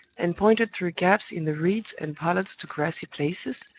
and pointed through gaps in the reeds and pollards to grassy places,